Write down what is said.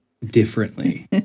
differently